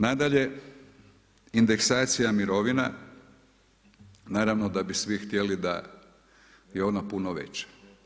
Nadalje, indeksacija mirovina naravno da bi svi htjeli da je ona puno veća.